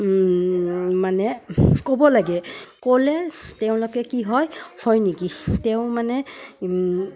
মানে ক'ব লাগে ক'লে তেওঁলোকে কি হয় হয় নেকি তেওঁ মানে